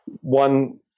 One